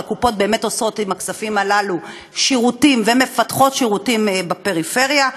שהקופות באמת עושות עם הכספים הללו שירותים ומפתחות שירותים בפריפריה.